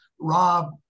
Rob